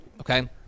okay